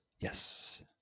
Yes